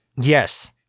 yes